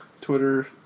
Twitter